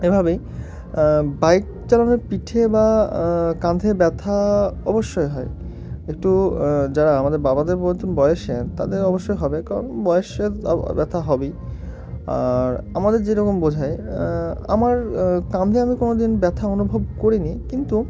এভাবেই বাইক চালানোর পিঠে বা কাঁধে ব্যথা অবশ্যই হয় একটু যারা আমাদের বাবাদের বলত বয়সে তাদের অবশ্যই হবে কারণ বয়সের ব্যথা হবেই আর আমাদের যেরকম বোঝায় আমার কাঁধে আমি কোনো দিন ব্যথা অনুভব করিনি কিন্তু